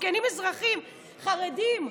מסכנים אזרחים חרדים,